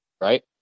right